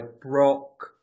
Brock